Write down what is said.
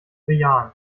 bejahen